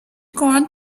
corn